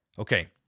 Okay